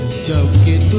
to get